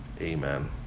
Amen